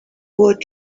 what